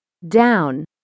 Down